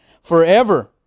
forever